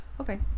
okay